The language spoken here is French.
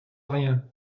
rien